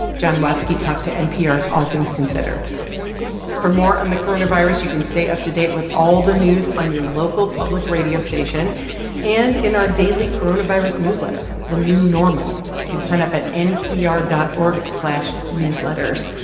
john watzke talked to npr's all things considered for more on the coronavirus, you can stay up to date with all the news on your local public radio station and in our daily coronavirus newsletter, the new normal. you can sign up at npr dot org slash newsletters.